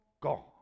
gone